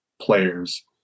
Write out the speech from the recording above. players